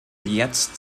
jetzt